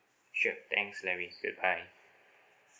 sure thanks larry goodbye